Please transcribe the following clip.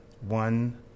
one